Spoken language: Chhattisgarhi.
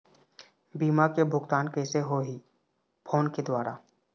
बीमा के भुगतान कइसे होही फ़ोन के द्वारा?